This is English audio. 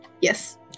Yes